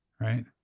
Right